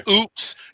oops